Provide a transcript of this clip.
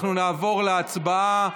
אנחנו נעבור להצבעה.